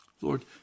Lord